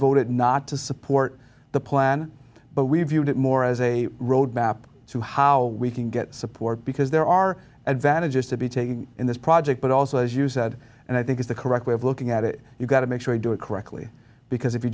voted not to support the plan but we viewed it more as a roadmap to how we can get support because there are advantages to be taking in this project but also as you said and i think is the correct way of looking at it you've got to make sure you do it correctly because if you